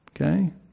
Okay